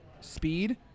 speed